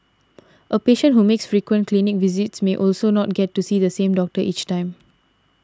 a patient who makes frequent clinic visits may also not get to see the same doctor each time